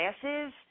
classes